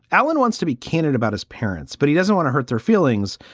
allen wants to be candid about his parents, but he doesn't want to hurt their feelings.